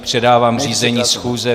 Předávám řízení schůze.